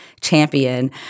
champion